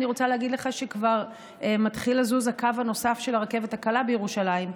אני רוצה להגיד לך שכבר מתחיל לזוז הקו הנוסף של הרכבת הקלה בירושלים,